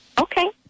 Okay